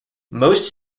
most